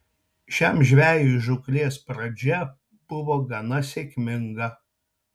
šiam žvejui žūklės pradžia buvo gana sėkminga